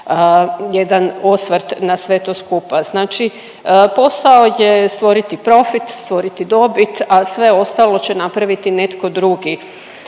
jedan osvrt na sve to skupa. Znači posao je stvoriti profit, stvoriti dobit, a sve ostalo će napraviti netko drugi.